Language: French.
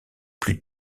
plus